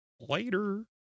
Later